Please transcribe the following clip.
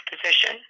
position